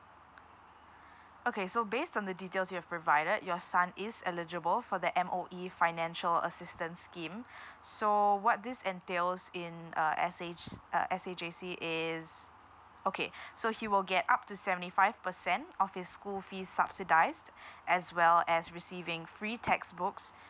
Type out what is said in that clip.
okay so based on the details you have provided your son is eligible for the M_O_E financial assistance scheme so what this entails in uh S_H~ uh S_A_J_C is okay so he will get up to seventy five percent of his school fees subsidised as well as receiving free textbooks